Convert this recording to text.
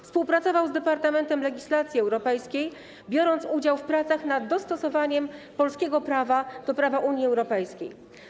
Współpracował z departamentem legislacji europejskiej i brał udział w pracach nad dostosowaniem polskiego prawa do prawa Unii Europejskiej.